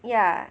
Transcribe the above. yeah